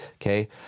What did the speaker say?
Okay